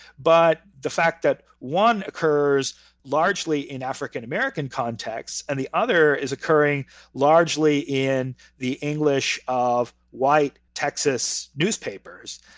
but the fact that one occurs largely in african-american contexts and the other is occurring largely in the english of white texas newspapers.